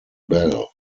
bell